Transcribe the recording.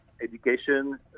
education